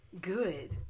good